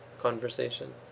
conversation